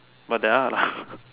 but there are lah